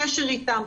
קשר איתם,